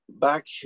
back